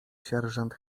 sierżant